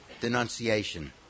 denunciation